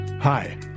Hi